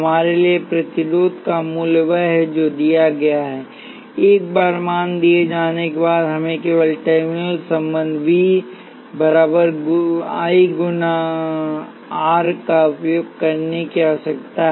हमारे लिए प्रतिरोध का मूल्य वह है जो दिया गया है एक बार मान दिए जाने के बाद हमें केवल टर्मिनल संबंध V बराबर I गुणा R का उपयोग करने की आवश्यकता है